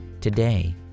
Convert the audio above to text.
Today